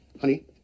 honey